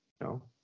no